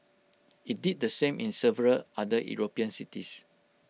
IT did the same in several other european cities